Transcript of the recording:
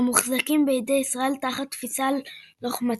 המוחזקים בידי ישראל תחת תפיסה לוחמתית,